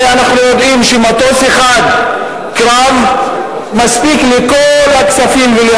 הרי אנחנו יודעים שמטוס קרב אחד מספיק לכל הכספים וכל